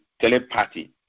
telepathy